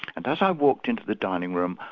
and as i walked into the dining room,